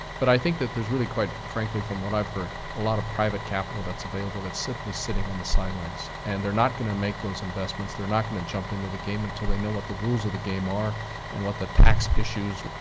but i think that there's really, quite frankly, from what i've heard, a lot of private capital that's available that's simply sitting on the side lines. and they're not going to make those investments, they're not going to jump into the game until they know what the rules of the game are and what the tax issues,